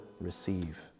receive